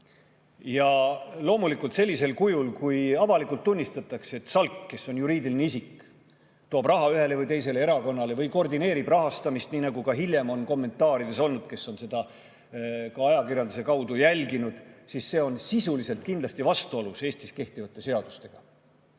Ja loomulikult, sellisel kujul, kui avalikult tunnistatakse, et SALK, kes on juriidiline isik, tõi raha ühele või teisele erakonnale või koordineeris rahastamist, nii nagu ka hiljem on kommentaarides olnud, kes on seda ajakirjanduse kaudu jälginud, on see kindlasti vastuolus Eestis kehtivate seadustega.